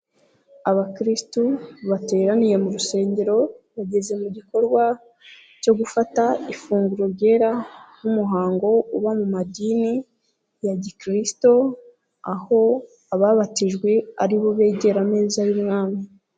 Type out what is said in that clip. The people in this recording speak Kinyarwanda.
Abakristo bateraniye mu rusengero bageze mu gikorwa cyo gufata ifunguro ryera nk'umuhango uba mu madini ya gikristo, aho ababatijwe ari bo begera ameza y'umwami.